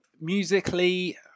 musically